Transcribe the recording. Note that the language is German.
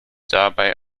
dabei